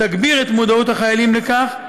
תגביר את מודעות החיילים לכך,